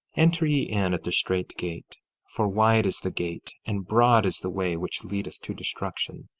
enter ye in at the strait gate for wide is the gate, and broad is the way, which leadeth to destruction,